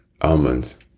almonds